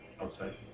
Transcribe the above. outside